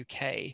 UK